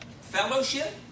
fellowship